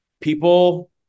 people